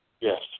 Yes